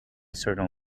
certain